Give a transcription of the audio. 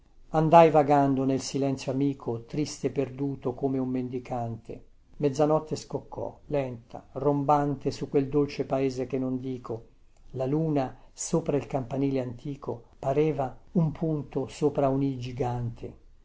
andai vagando nel silenzio amico triste perduto come un mendicante mezzanotte scoccò lenta rombante su quel dolce paese che non dico la luna sopra il campanile antico pareva un punto sopra un gigante